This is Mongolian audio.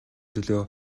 төлөө